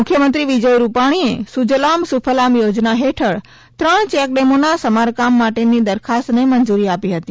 મુખ્યમંત્રી વિજય રૂપાણીએ સુજલામ સુફલામ યોજના હેઠળ ત્રણ ચેકડેમોના સમારકામ માટેની દરખાસ્તને મંજૂરી આપી હતી